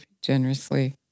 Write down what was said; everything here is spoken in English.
generously